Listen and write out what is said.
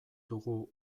dugu